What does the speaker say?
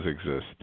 exist